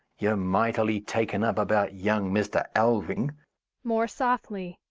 you're mightily taken up about young mr. alving more softly.